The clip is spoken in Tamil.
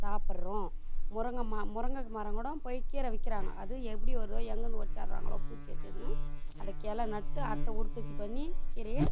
சாப்பிட்றோம் முருங்கைமா முருங்கை மரம்கூட போய் கீரை விற்கிறாங்க அது எப்படி வருதோ எங்கேருந்து ஒடித்தார்றாங்களோ பூச்சி அரிச்சு அந்த கெளை நட்டு அதை உற்பத்தி பண்ணி கீரையை